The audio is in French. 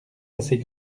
assez